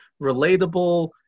Relatable